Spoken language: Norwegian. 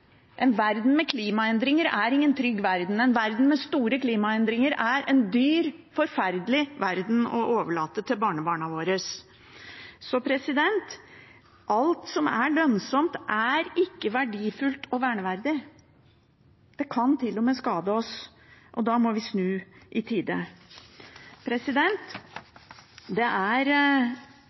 En verden med store klimaendringer er ingen trygg verden. En verden med store klimaendringer er en dyr, forferdelig verden å overlate til barnebarna våre. Så alt som er lønnsomt, er ikke verdifullt og verneverdig. Det kan til og med skade oss. Da må vi snu i tide. Det er